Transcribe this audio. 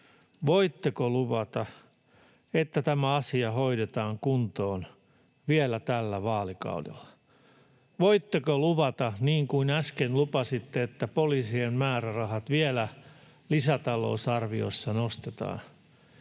voitteko luvata, että tämä asia hoidetaan kuntoon vielä tällä vaalikaudella? Voitteko luvata — niin kuin äsken lupasitte, että poliisien määrärahaa vielä lisätalousarviossa nostetaan